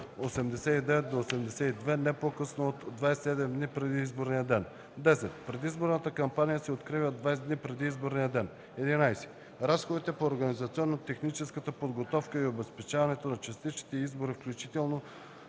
89-92, не по-късно от 27 дни преди изборния ден; 10. предизборната кампания се открива 20 дни преди изборния ден; 11. разходите по организационно-техническата подготовка и обезпечаването на частичните избори, включително